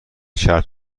شرط